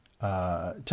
Tell